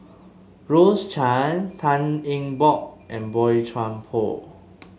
Rose Chan Tan Eng Bock and Boey Chuan Poh